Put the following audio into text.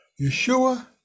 Yeshua